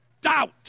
doubt